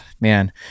man